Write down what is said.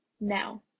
Now